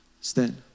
Stand